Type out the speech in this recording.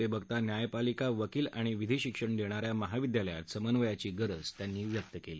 ते बघता न्यायपालिका वकील आणि विधी शिक्षण देणाऱ्या महाविद्यालयात समन्वयाची गरज त्यांनी व्यक्त केली